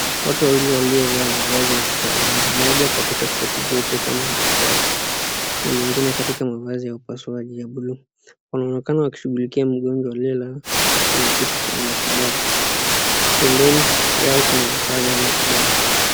Watu wawili waliovaa mavazi ya kitalamu. Mmoja katika koti jeupe kama daktari, na mwingine katika mavazi ya upasuaji ya buluu. Wanaonekana wakishughulikia mgonjwa aliyelala kwenye kiti cha matibabu. Pembeni yao kuna vifaa vya matibabu.